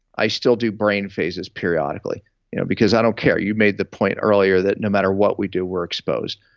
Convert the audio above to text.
i still do brain phases periodically you know because i don't care. you've made the point earlier that no matter what we do, we're exposed.